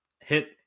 hit